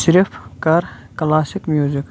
صِرِف کر classic music